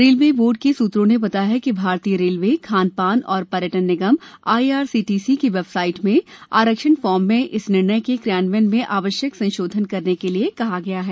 railway board के सूत्रों ने बताया कि भारतीय रेलवे खानपान एवं पर्यटन निगम आईआरसीटीसी की वेबसाइट में आरक्षण फॉर्म में इस निर्णय के क्रियान्वयन में आवश्यक संशोधन करने के लिए कहा गया है